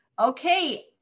okay